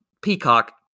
peacock